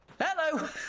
Hello